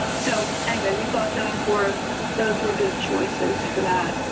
so anyway, we thought those were those were good choices for that.